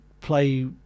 play